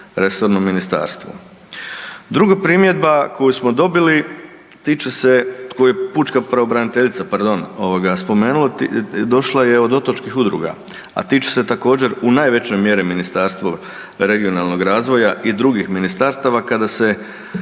resornom ministarstvu. Druga primjedba koju smo dobili tiče se, koju je pučka pravobraniteljica, pardon, ovoga spomenula, došla je od otočkih udruga, a tiče se također u najvećoj mjeri Ministarstva regionalnog razvoja i drugih ministarstava kada se